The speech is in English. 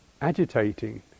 agitating